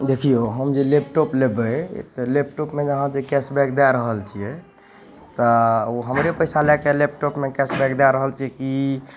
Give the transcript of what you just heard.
देखिऔ हम जे लैपटॉप लेबै एक तऽ लैपटॉपमे जे अहाँ कैशबैक दै रहल छिए तऽ ओ हमरे पइसा लैके लैपटॉपमे कैशबैक दै रहल छिए कि